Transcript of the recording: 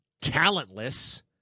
Talentless